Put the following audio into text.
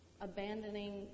abandoning